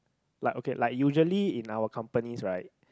like okay like usually in our company's right